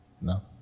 No